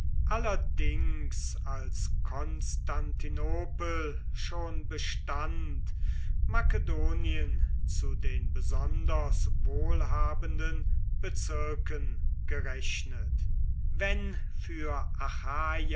allerdings als konstantinopel schon bestand makedonien zu den besonders wohlhabenden bezirken gerechnet wenn für